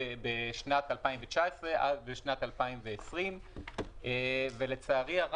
בשנת 2019 עד שנת 2020. לצערי,